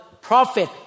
prophet